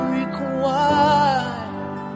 required